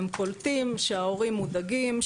הם קולטים שההורים מודאגים,